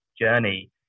journey